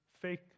fake